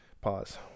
pause